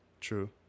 True